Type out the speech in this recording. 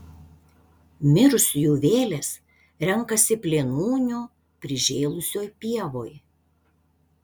mirusiųjų vėlės renkasi plėnūnių prižėlusioj pievoj